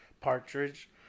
Partridge